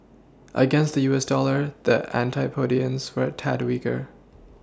against the U S dollar the antipodeans were tad weaker